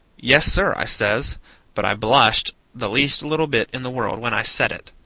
yes, sir, i says but i blushed the least little bit in the world when i said it.